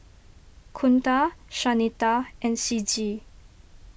Kunta Shanita and Ciji